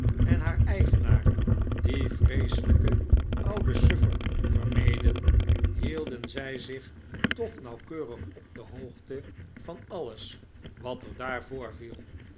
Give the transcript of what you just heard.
en haar eigenaar dien vreeselijken ouden suffer vermeden hielden zij zich toch nauwkeurig op de hoogte van alles wat er